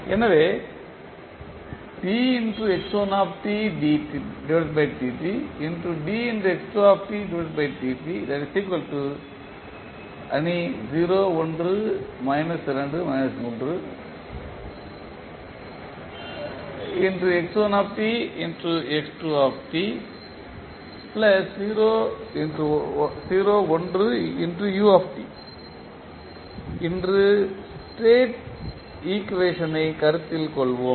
எனவே இன்று ஸ்டேட் ஈக்குவேஷனைக் கருத்தில் கொள்வோம்